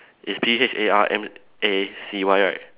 is P H A R M A C Y right